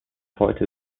heute